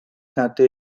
conte